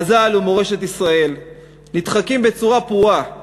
חז"ל ומורשת ישראל נדחקים בצורה פרועה